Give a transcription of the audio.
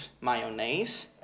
mayonnaise